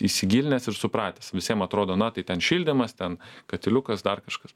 įsigilinęs ir supratęs visiem atrodo na tai ten šildymas ten katiliukas dar kažkas